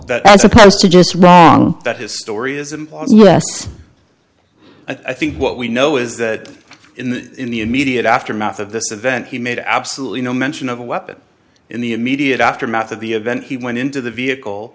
to just wrong that his story isn't i think what we know is that in the in the immediate aftermath of this event he made absolutely no mention of a weapon in the immediate aftermath of the event he went into the vehicle